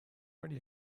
very